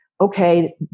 okay